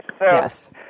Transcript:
Yes